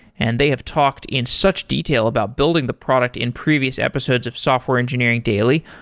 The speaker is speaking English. and they have talked in such detail about building the product in previous episodes of software engineering daily.